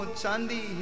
chandi